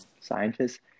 scientists